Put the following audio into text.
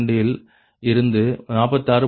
92 இல் இருந்து 46